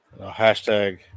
Hashtag